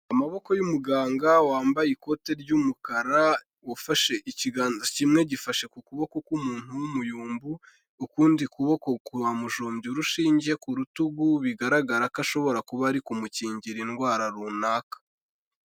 Amaboko y'umuganga wambaye ikote ry'umukara ufashe ikiganza kimwe gifashe kuboko k'umuntu w'umuyumbu ukundi kuboko kwamujombye urushinge ku rutugu, bigaragara ko ashobora kuba ari kumukingira indwara runaka.